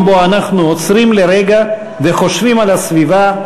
שבו אנחנו עוצרים לרגע וחושבים על הסביבה,